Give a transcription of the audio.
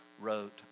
wrote